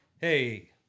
Hey